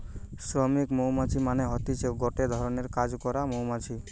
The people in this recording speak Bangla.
শ্রমিক মৌমাছি মানে হতিছে গটে ধরণের কাজ করা মৌমাছি